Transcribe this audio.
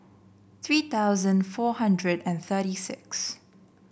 three thousand four hundred and thirty six